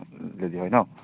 দেৰি হয় ন